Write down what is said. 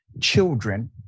children